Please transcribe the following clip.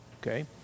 Okay